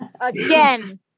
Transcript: Again